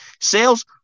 Sales